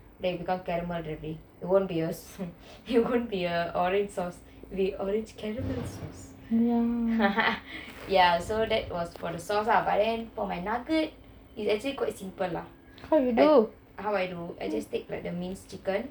then it become caramel already it won't be useful it won't be a orange sauce it will be orange caramel sauce ya so that was for the sauce lah but for my nugget was actually quite simple lah I just take the mince chicken